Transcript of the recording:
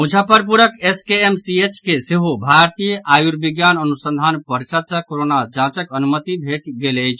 मुजफ्फरपुरक एसकेएमसीएच के सेहो भारतीय आयुर्विज्ञान अनुसंधान परिषद् सॅ कोरोना जांचक अनुमति भेटि गेल अछि